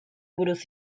buruz